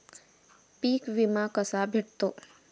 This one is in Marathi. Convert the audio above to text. पीक विमा कसा भेटतो?